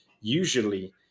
usually